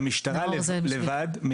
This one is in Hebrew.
למשטרה לבד,